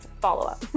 follow-up